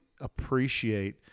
appreciate